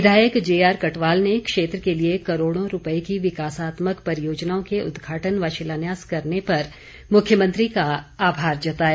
विधायक जेआर कटवाल ने क्षेत्र के लिए करोड़ों रुपये की विकासात्मक परियोजनाओं के उद्घाटन व शिलान्यास करने पर मुख्यमंत्री का आभार जताया